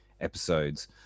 episodes